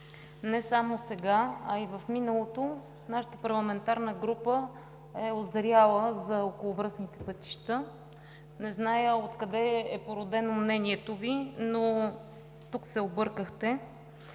не само сега, а и в миналото, нашата парламентарна група е узряла за околовръстните пътища. Не зная от къде е породено мнението Ви, но тук се объркахте.